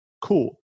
Cool